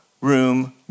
room